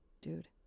dude